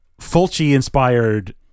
Fulci-inspired